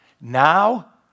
Now